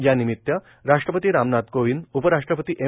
यानिमित राष्ट्रपती रामनाथ कोविंद उपराष्ट्रपती एम